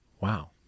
Wow